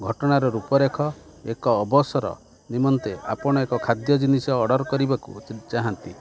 ଘଟଣାର ରୂପରେଖ ଏକ ଅବସର ନିମନ୍ତେ ଆପଣ ଏକ ଖାଦ୍ୟ ଜିନିଷ ଅର୍ଡ଼ର୍ କରିବାକୁ ଚାହାଁନ୍ତି